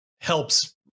helps